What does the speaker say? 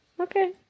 Okay